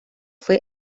fue